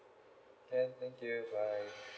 can thank you bye